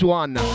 one